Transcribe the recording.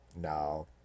No